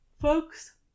Folks